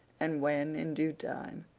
and when, in due time,